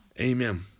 amen